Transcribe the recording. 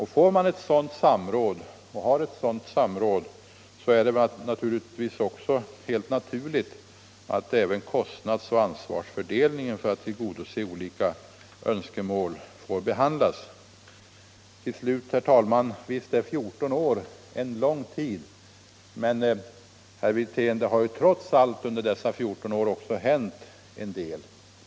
Har man ett sådant samråd är det självfallet också helt naturligt att även kostnadsoch ansvarsfördelningen för att tillgodose olika önskemål får behandlas. Herr talman! Visst är 14 år en lång tid, men, herr Wirtén, det har trots allt under dessa 14 år hänt en del.